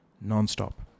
non-stop